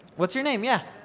what's your name yeah,